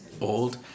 old